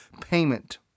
payment